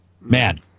Man